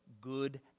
good